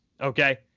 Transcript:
okay